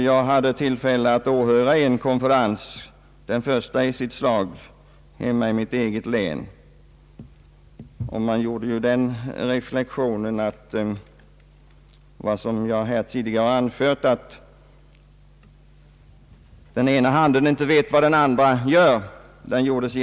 Jag hade tillfälle att åhöra en konferens — den första i sitt slag — hemma i mitt eget län, och jag gjorde den reflexionen att, som jag tidigare sade, den ena handen inte vet vad den andra gör.